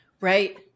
right